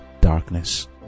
darkness